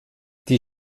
die